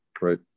Right